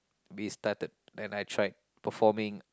we started and I tried performing